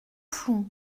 floue